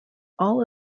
all